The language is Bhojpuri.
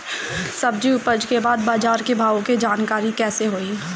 सब्जी उपज के बाद बाजार के भाव के जानकारी कैसे होई?